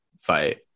fight